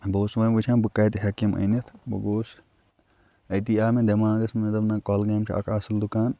بہٕ اوسُس وۄنۍ وٕچھان بہٕ کَتہِ ہٮ۪کہٕ یِم أنِتھ بہٕ گوس أتی آو مےٚ دٮ۪ماغَس مےٚ دوٚپ نہ کۄلگامہِ چھُ اَکھ اَصٕل دُکان